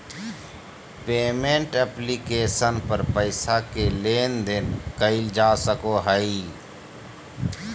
payment application पर पैसा के लेन देन कइल जा सको हइ